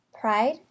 Pride